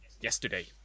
yesterday